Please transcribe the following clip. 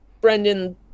Brendan